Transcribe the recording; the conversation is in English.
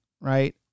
right